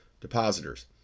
depositors